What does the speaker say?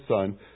Son